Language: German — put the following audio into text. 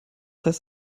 heißt